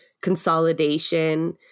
consolidation